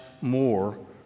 more